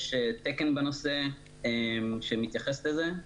יש תקן בנושא שמתייחס לזה.